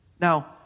Now